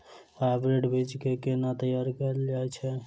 Hybrid बीज केँ केना तैयार कैल जाय छै?